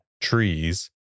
trees